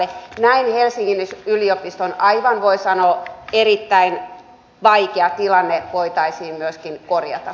näin helsingin yliopiston voi sanoa erittäin vaikea tilanne voitaisiin myöskin korjata